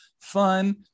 fun